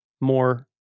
more